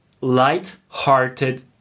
light-hearted